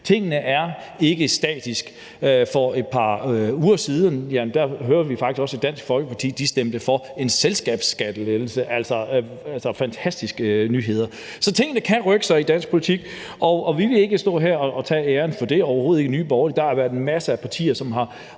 Tingene er ikke statiske. For et par uger siden hørte vi faktisk også, at Dansk Folkeparti stemte for en selskabsskattelettelse – altså fantastiske nyheder. Så tingene kan rykke sig i dansk politik, og vi vil ikke stå her og tage æren for det – overhovedet ikke – i Nye Borgerlige. Der har været masser af partier, som har